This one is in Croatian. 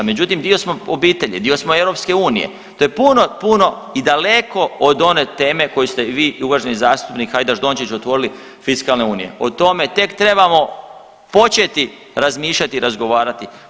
Međutim, dio smo obitelji, dio smo EU, to je puno, puno i daleko od one teme koju ste i vi i uvaženi zastupnik Hajdaš Dončić otvorili fiskalne unije, o tome tek trebamo početi razmišljati i razgovarati.